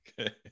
okay